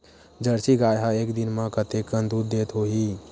Jersey गाय ह एक दिन म कतेकन दूध देत होही?